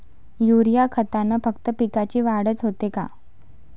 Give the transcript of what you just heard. Urea खतानं फक्त पिकाची वाढच होते का?